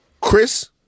Chris